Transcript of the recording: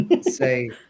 say